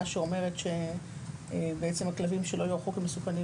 שאומרת שבעצם הכלבים שלא יוערכו כמסוכנים,